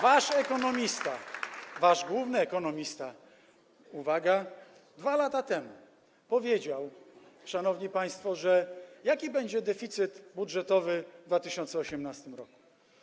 Wasz ekonomista, wasz główny ekonomista, uwaga, 2 lata temu powiedział, szanowni państwo, jaki będzie deficyt budżetowy w 2018 r.